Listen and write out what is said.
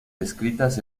descritas